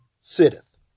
sitteth